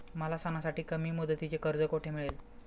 मला सणासाठी कमी मुदतीचे कर्ज कोठे मिळेल?